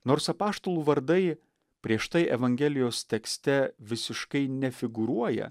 nors apaštalų vardai prieš tai evangelijos tekste visiškai nefigūruoja